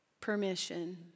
permission